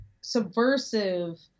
subversive